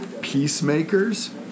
peacemakers